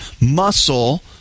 Muscle